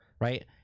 right